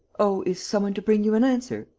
oh, is some one to bring you an answer?